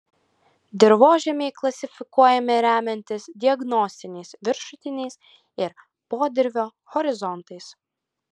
dirvožemiai klasifikuojami remiantis diagnostiniais viršutiniais ir podirvio horizontais